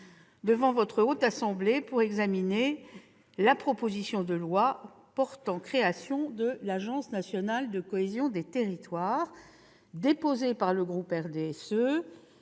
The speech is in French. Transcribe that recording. devant la Haute Assemblée pour examiner la proposition de loi portant création d'une agence nationale de la cohésion des territoires, déposée par le groupe du RDSE.